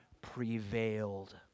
prevailed